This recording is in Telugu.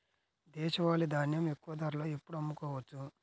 దేశవాలి ధాన్యం ఎక్కువ ధరలో ఎప్పుడు అమ్ముకోవచ్చు?